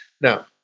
Now